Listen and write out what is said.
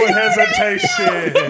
hesitation